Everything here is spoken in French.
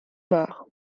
bar